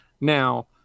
now